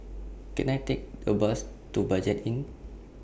Can I Take A Bus to Budget Inn